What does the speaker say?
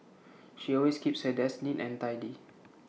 she always keeps her desk neat and tidy